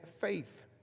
faith